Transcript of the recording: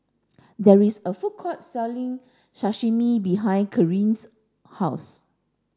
there is a food court selling Sashimi behind Karyn's house